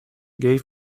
gave